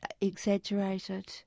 exaggerated